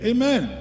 Amen